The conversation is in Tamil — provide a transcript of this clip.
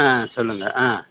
ஆ சொல்லுங்க ஆ